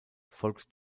folgt